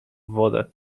wodę